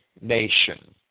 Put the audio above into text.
nation